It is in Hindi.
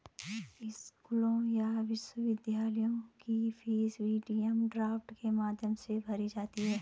स्कूलों या विश्वविद्यालयों की फीस भी डिमांड ड्राफ्ट के माध्यम से भरी जाती है